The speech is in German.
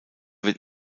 wird